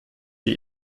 wie